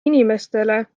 inimestele